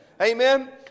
amen